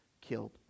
killed